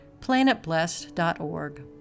planetblessed.org